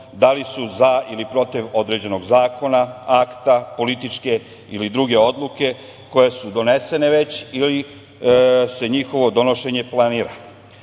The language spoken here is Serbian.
da li su za ili protiv određenog zakona, akta, političke ili druge odluke koje su već donesene ili se njihovo donošenje planira.